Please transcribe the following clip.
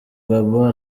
gabon